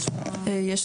(3)